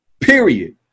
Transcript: period